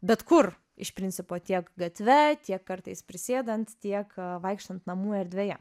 bet kur iš principo tiek gatve tiek kartais prisėdant tiek vaikštant namų erdvėje